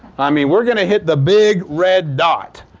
i mean we're going to hit the big red dot.